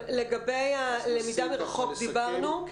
לגבי הלמידה מרחוק דיברנו.